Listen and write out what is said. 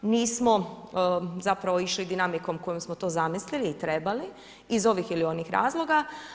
Nismo zapravo išli dinamikom kojom smo to zamislili i trebali iz ovih ili onih razloga.